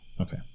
Okay